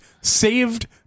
Saved